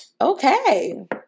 okay